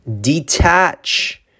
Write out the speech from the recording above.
detach